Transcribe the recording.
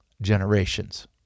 generations